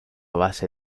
base